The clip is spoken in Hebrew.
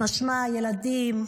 משמע ילדים,